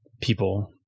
people